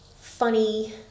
funny